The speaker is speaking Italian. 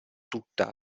tutta